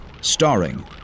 Starring